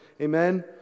Amen